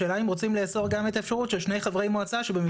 השאלה אם רוצים לאסור את האפשרות ששני חברי מועצה במקרה יושבים יחד.